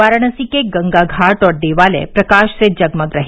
वाराणसी के गंगा घाट और देवालय प्रकाश से जगमग रहे